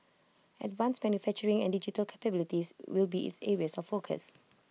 advanced manufacturing and digital capabilities will be its areas of focus